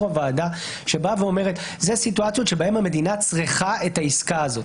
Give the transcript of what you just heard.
הוועדה שבאה ואומרת אלו סיטואציות שבהם המדינה צריכה את העסקה הזאת,